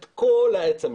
את כל העץ המשפחתי.